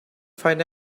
find